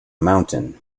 mountain